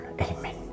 Amen